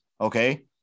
okay